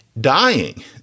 dying